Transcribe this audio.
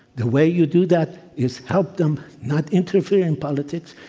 the way you do that is help them, not interfere in politics.